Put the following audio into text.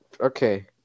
Okay